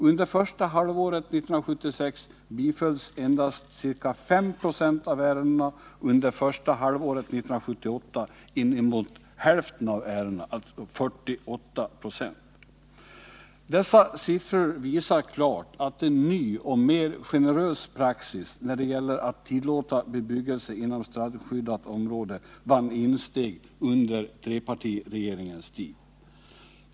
Under första halvåret 1976 bifölls endast ca 5 26 av ärendena, under första halvåret 1978 inemot hälften av ärendena — 48 96. Dessa siffror visar klart att en ny och mer generös praxis när det gäller att tillåta bebyggelse inom strandskyddat område vann insteg under trepartiregeringens tid.